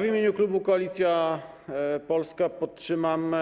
W imieniu klubu Koalicja Polska podtrzymam